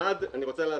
אני רוצה להסביר,